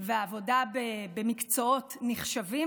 והעבודה במקצועות נחשבים,